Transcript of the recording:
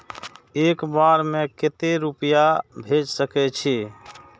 एक बार में केते रूपया भेज सके छी?